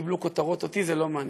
וקיבלו כותרות, אותי זה לא מעניין.